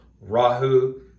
Rahu